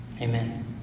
Amen